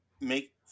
make